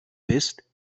bist